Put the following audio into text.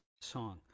song